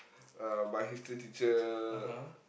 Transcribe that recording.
uh my history teacher